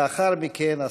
לאחר מכן,